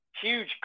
huge